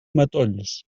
matolls